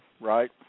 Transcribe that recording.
right